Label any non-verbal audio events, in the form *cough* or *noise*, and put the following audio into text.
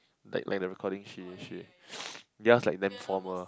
like like the recording she she *noise* theirs like that formal